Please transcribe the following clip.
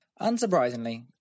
Unsurprisingly